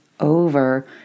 over